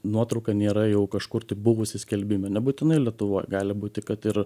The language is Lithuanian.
nuotrauka nėra jau kažkur buvusi skelbime nebūtinai lietuvoj gali būti kad ir